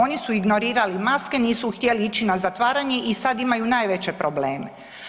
Oni su ignorirali maske, nisu htjeli ići na zatvaranje i sad imaju najveće probleme.